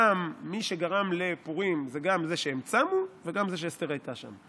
גם מי שגרם לפורים וגם זה שהם צמו וגם זה שאסתר הייתה שם.